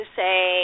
say